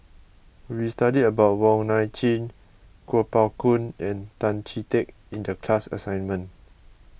we studied about Wong Nai Chin Kuo Pao Kun and Tan Chee Teck in the class assignment